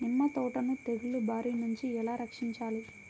నిమ్మ తోటను తెగులు బారి నుండి ఎలా రక్షించాలి?